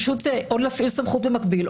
יוכלו או להפעיל סמכות במקביל,